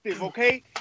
Okay